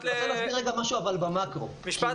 אני רוצה להסביר משהו במקרו --- משפט